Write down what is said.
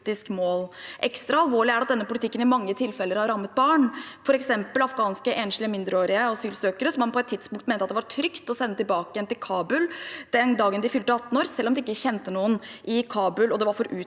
Ekstra alvorlig er det at denne politikken i mange tilfeller har rammet barn, f.eks. afghanske enslige mindreårige asylsøkere som man på et tidspunkt mente det var trygt å sende tilbake igjen til Kabul den dagen de fylte 18 år, selv om de ikke kjente noen der og det var for utrygt